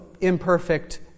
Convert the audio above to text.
imperfect